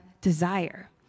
desire